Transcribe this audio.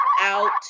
out